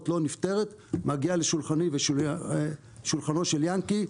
לא נפתרת מגיעה לשולחני ושולחנו של יענקי.